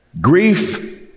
Grief